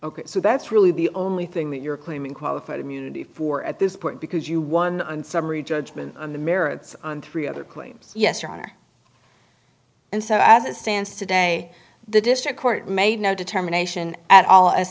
ok so that's really the only thing that you're claiming qualified immunity for at this point because you won on summary judgment on the merits on three other claims yes your honor and so as it stands today the district court made no determination at all as